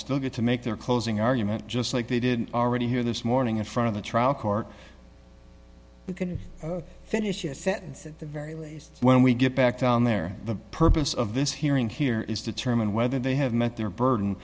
still get to make their closing argument just like they did already here this morning in front of the trial court but could finish a sentence at the very least when we get back down there the purpose of this hearing here is determine whether they have met their burden